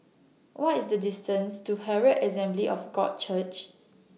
What IS The distance to Herald Assembly of God Church